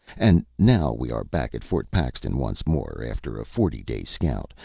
and now we are back at fort paxton once more, after a forty-day scout,